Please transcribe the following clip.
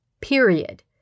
period